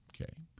okay